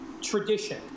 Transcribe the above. tradition